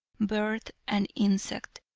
bird and insect,